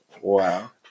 Wow